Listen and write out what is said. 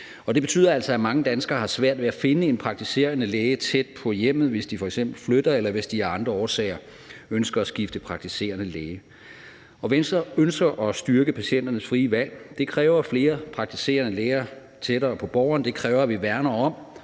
det betyder altså, at mange danskere har svært ved at finde en praktiserende læge tæt på hjemmet, hvis de f.eks. flytter, eller hvis de af andre årsager ønsker at skifte praktiserende læge. Venstre ønsker at styrke patienternes frie valg. Det kræver flere praktiserende læger tættere på borgerne. Det kræver, at vi værner om